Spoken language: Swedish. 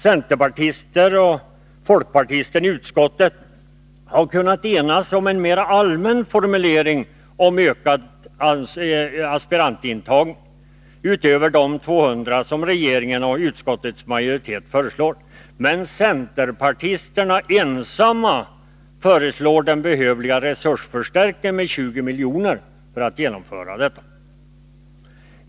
Centerpartisterna och folkpartisten i utskottet har kunnat ena sig om en allmän formulering för en ökad aspirantintagning utöver de 200 aspiranter som regeringen och utskottets majoritet föreslår. Men centerpartisterna ensamma föreslår den behövliga resursförstärkningen med 20 milj.kr. för detta.